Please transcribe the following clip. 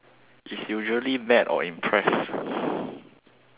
is usually mad or impressed